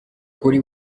kuri